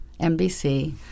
NBC